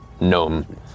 gnome